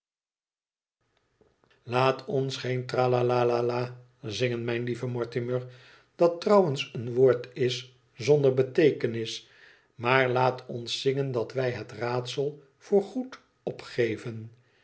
laat ons geen tralala zinden mijn lieve mortimer dat trouwens een woord is zonder beteekenis maar laat ons zingen dat wij het raadsel voor goed opgeven